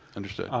understood.